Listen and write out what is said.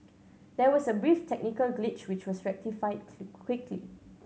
there was a brief technical glitch which was rectified quickly